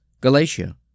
Galatia